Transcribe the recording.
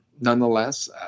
nonetheless